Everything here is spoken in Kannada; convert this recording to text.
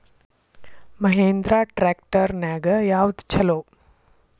ಮಹೇಂದ್ರಾ ಟ್ರ್ಯಾಕ್ಟರ್ ನ್ಯಾಗ ಯಾವ್ದ ಛಲೋ?